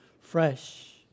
fresh